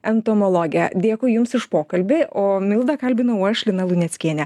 entomologė dėkui jums už pokalbį o mildą kalbinau aš lina luneckienė